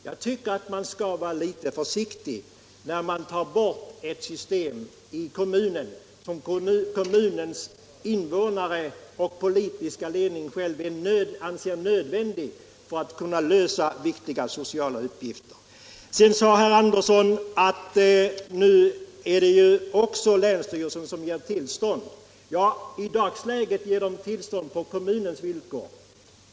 Jag tycker att man skall vara litet försiktig när man tar bort ett system i kommunen, som kommunens innevånare och politiska ledning själva anser nödvändigt för att kunna lösa viktiga uppgifter. Sedan sade herr Andersson att nu är det ju också länsstyrelserna som ger tillstånd. Ja, i dagsläget ger de tillstånd på kommunens villkor.